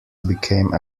became